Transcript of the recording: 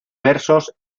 versos